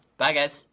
bye guys.